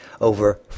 Over